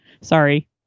Sorry